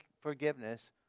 forgiveness